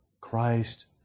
Christ